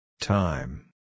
Time